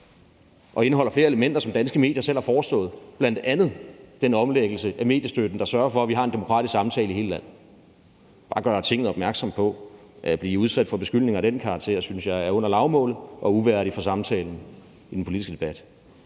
og indeholder flere elementer, som danske medier selv har foreslået, bl.a. den omlægning af mediestøtten, der sørger for, at vi har en demokratisk samtale i hele landet. Jeg vil bare gøre Tinget opmærksom på, at det at blive udsat for beskyldninger af den karakter er, synes jeg, under lavmålet og uværdigt for samtalen i den politiske debat.